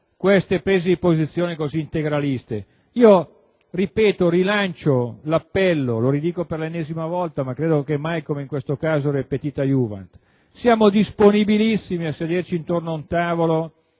queste prese di posizione così integraliste. Ripeto, rilancio l'appello, lo dico per l'ennesima volta - ma credo che mai come in questo caso *repetita* *iuvant* - che siamo disponibili a sederci attorno ad un tavolo